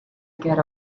get